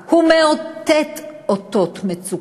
במצוקה, הוא מאותת אותות מצוקה,